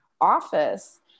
office